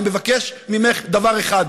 אני מבקש ממך דבר אחד,